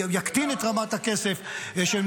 יקטין את רמת הכסף -- זה לא החוק.